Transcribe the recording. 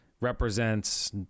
represents